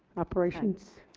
operations?